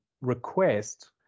request